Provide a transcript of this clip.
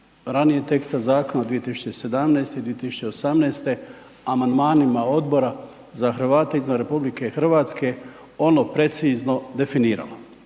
ranijeg teksta zakona 2017., 2018. amandmanima Odbora za Hrvate izvan RH ono precizno definiralo,